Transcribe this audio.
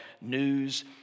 news